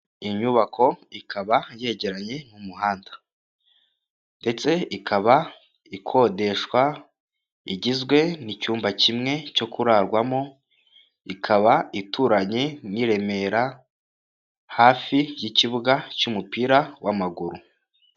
Aba rero urabona ko bambaye amakarita ndetse n'imyenda, bisa n'aho hari inama bari bitabiriye yiga ku bibazo runaka biba byugarije abaturage cyangwa biba byugarije igihugu, biterwa n'ingingo nyamukuru ihari.